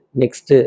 next